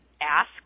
ask